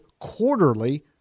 quarterly